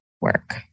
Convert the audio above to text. work